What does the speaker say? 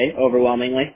overwhelmingly